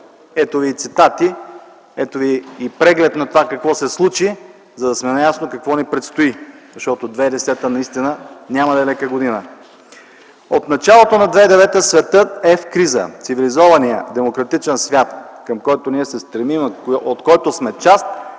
Ето ви и цитати, ето ви и преглед на това какво се случи, за да сме наясно какво ни предстои, защото 2010-а наистина няма да е лека година. От началото на 2009 г. светът е в криза. Цивилизованият демократичен свят, към който ние се стремим и от който сме част,